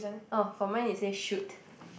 oh for mine it says shoot